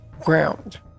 ground